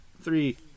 Three